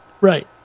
right